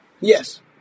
Yes